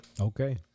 Okay